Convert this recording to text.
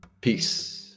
Peace